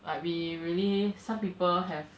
but we really some people have